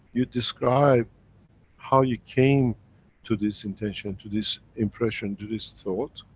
you describe how you came to this intention, to this impression, to this thought,